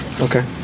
Okay